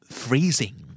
freezing